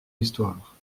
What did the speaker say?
histoire